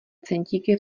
centíky